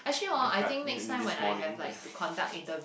I cried in this morning that's